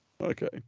Okay